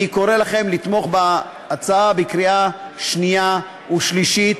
אני קורא לכם לתמוך בהצעה בקריאה שנייה ושלישית.